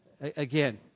Again